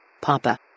Papa